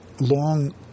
long